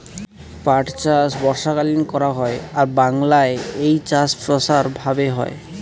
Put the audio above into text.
পাট চাষ বর্ষাকালীন করা হয় আর বাংলায় এই চাষ প্রসার ভাবে হয়